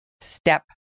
step